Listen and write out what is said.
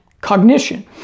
cognition